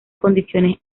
condiciones